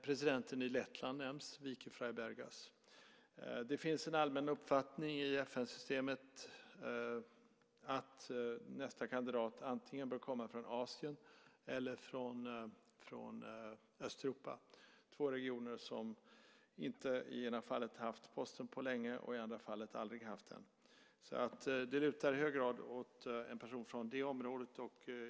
Presidenten i Lettland nämns, Vike-Freiberga. Det finns en allmän uppfattning i FN-systemet att nästa kandidat antingen bör komma från Asien eller från Östeuropa, två regioner som i ena fallet inte haft posten på länge och i andra fallet aldrig haft den. Det lutar i hög grad åt en person från det området.